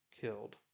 killed